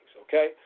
okay